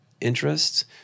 interests